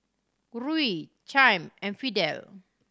Ruie Chaim and Fidel